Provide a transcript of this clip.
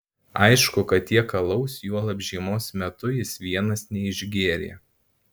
aišku kad tiek alaus juolab žiemos metu jis vienas neišgėrė